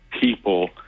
people